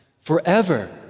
forever